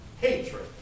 hatred